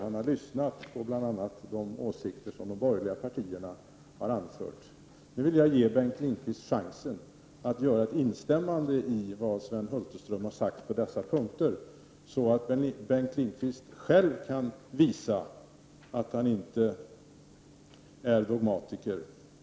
Han har lyssnat på bl.a. de åsikter som de borgerliga partierna har anfört. Nu vill jag ge Bengt Lindqvist chansen att instämma i vad Sven Hulterström på dessa punkter har uttalat, så att Bengt Lindqvist själv kan visa att han inte är en dogmatiker.